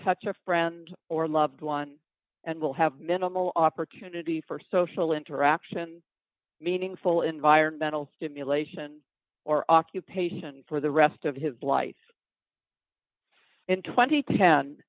touch a friend or loved one and will have minimal opportunity for social interaction meaningful environmental stimulation or occupation for the rest of his life in tw